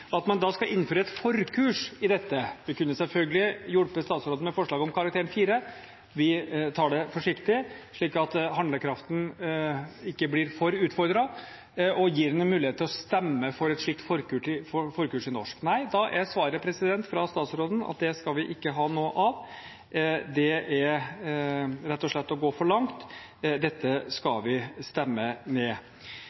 at man da skal innføre et forkurs i dette – vi kunne selvfølgelig hjulpet statsråden med forslaget om karakteren 4, men vi tar det forsiktig, slik at handlekraften ikke blir for utfordret, og gir ham en mulighet til å stemme for et slikt forkurs i norsk – er svaret fra statsråden at det skal man ikke ha noe av. Det er rett og slett å gå for langt. Dette skal vi stemme